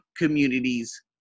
communities